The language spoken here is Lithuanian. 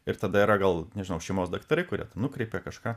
ir tada yra gal nežinau šeimos daktarai kurie ten nukreipia kažką